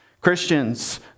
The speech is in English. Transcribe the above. Christians